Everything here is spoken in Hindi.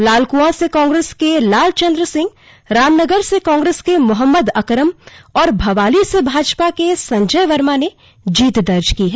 लालकआं से कांग्रेस के लालचंद्र सिंह रामनगर से कांग्रेस के मोहम्मद अकरम और भवाली से भाजपा के संजय वर्मा ने जीत दर्ज की है